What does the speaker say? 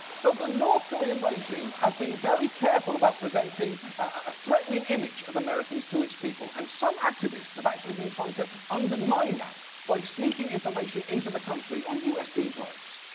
so, the north korean regime has been very careful about presenting a threatening image of americans to its people. and some activists have actually been trying to undermine that by sneaking information into the country on usb drives.